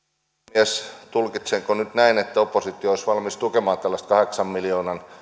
puhemies tulkitsenko nyt näin että oppositio olisi valmis tukemaan tällaista kahdeksan miljoonan